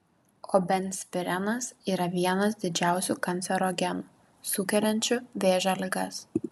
o benzpirenas yra vienas didžiausių kancerogenų sukeliančių vėžio ligas